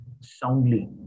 Soundly